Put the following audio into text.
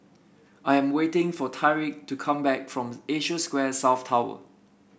I am waiting for Tyrique to come back from Asia Square South Tower